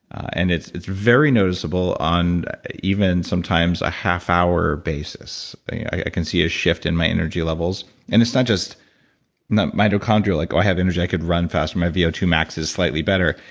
and it's it's very noticeable on even sometimes a half hour basis. i can see a shift in my energy levels and it's not just mitochondria. like, oh, i have interjected, run faster. my v o two max is slightly better.